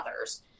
others